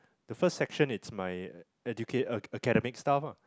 the first section it's my educa~ academic stuff lah